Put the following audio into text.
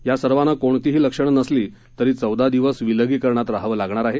या सर्वांना कोणतीही लक्षणं नसली तरी चौदा दिवस विलगीकरणात राहावं लागणार आहे